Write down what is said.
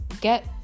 get